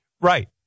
Right